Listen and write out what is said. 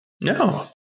No